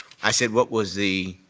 i said what was the